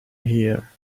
year